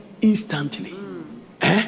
instantly